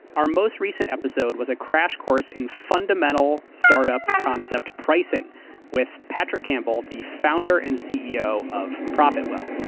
our most recent episode was a crash course in fundamental startup concept pricing with patrick campbell, the founder and ceo of profitwell.